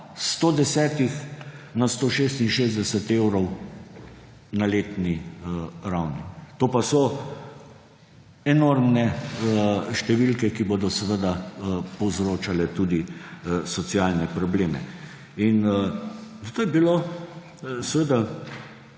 110 na 166 evrov na letni ravni. To pa so enormne številke, ki bodo seveda povzročale tudi socialne probleme. In zato je bila seveda